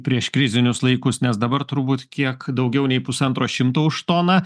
prieškrizinius laikus nes dabar turbūt kiek daugiau nei pusantro šimto už toną